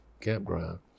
Campground